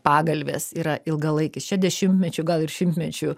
pagalvės yra ilgalaikis čia dešimtmečių gal ir šimtmečių